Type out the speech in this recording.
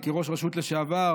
כראש רשות לשעבר,